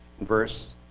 verse